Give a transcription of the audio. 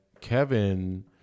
Kevin